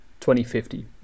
2050